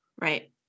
Right